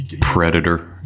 predator